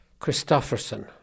Christofferson